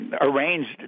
arranged